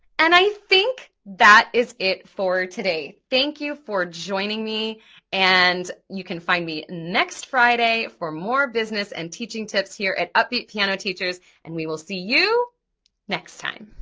and i think that is it for today. thank you for joining me and you can find me next friday for more business and teaching tips here at upbeat piano teachers and we will see you next time.